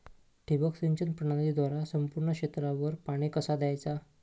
ठिबक सिंचन प्रणालीद्वारे संपूर्ण क्षेत्रावर पाणी कसा दयाचा?